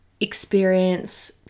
experience